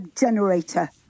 generator